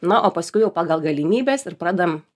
na o paskui jau pagal galimybes ir pradedam